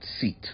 seat